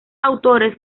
autores